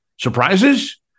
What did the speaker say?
Surprises